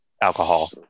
alcohol